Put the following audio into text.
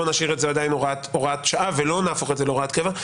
בואו נשאיר את זה עדיין הוראת שעה ולא נהפוך את זה להוראת קבע.